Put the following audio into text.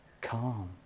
calm